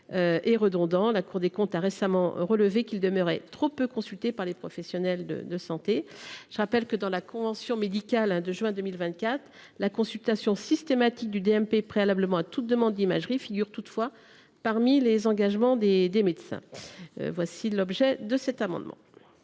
et redondants, la Cour des comptes a récemment relevé qu’il demeurait trop peu consulté par les professionnels de santé. Dans la convention médicale conclue le 4 juin 2024, la consultation systématique du DMP préalablement à toute demande d’imagerie figure toutefois parmi les engagements des médecins. Souhaitez vous présenter les amendements